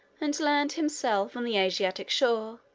and land, himself, on the asiatic shore,